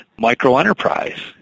microenterprise